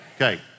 Okay